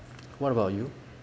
what about you